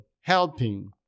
helping